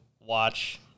watch